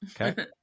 Okay